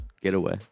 getaway